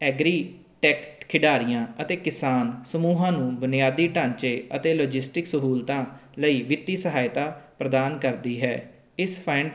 agritech ਖਿਡਾਰੀਆਂ ਅਤੇ ਕਿਸਾਨ ਸਮੂਹਾਂ ਨੂੰ ਬੁਨਿਆਦੀ ਢਾਂਚੇ ਅਤੇ ਲੋਜਿਸਟਿਕ ਸਹੂਲਤਾਂ ਲਈ ਵਿੱਤੀ ਸਹਾਇਤਾ ਪ੍ਰਦਾਨ ਕਰਦੀ ਹੈ ਇਸ ਫੰਡ